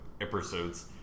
episodes